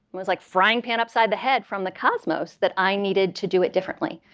it was like frying pan upside the head from the cosmos that i needed to do it differently.